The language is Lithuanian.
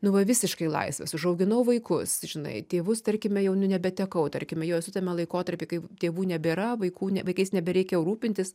nu va visiškai laisvas užauginau vaikus žinai tėvus tarkime jau nu nebetekau tarkime jau esu tame laikotarpy kai tėvų nebėra vaikų ne vaikais nebereikia rūpintis